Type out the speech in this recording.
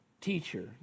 teacher